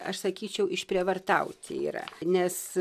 aš sakyčiau išprievartauti yra nes